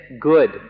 good